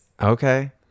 Okay